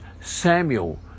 Samuel